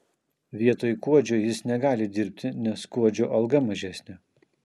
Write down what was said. vietoj kuodžio jis negali dirbti nes kuodžio alga mažesnė